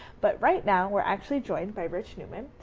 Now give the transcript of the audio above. but right now, we're actually joined by rich newman.